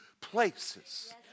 places